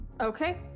Okay